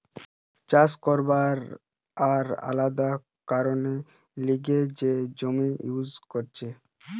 চাষ করবার আর আলাদা কারণের লিগে যে জমি ইউজ করতিছে